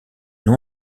nom